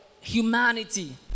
humanity